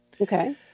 Okay